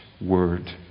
word